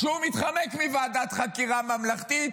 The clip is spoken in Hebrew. כשהוא מתחמק מוועדת חקירה ממלכתית